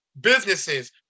businesses